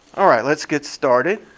all right let's get started.